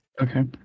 Okay